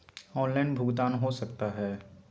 Online भुगतान हो सकता है?